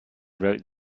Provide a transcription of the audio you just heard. wrote